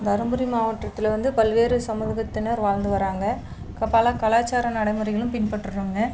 தர்மபுரி மாவட்டத்தில் வந்து பல்வேறு சமூகத்தினர் வாழ்ந்து வராங்க பல கலாச்சாரம் நடைமுறைகளும் பின்பற்றுகிறாங்க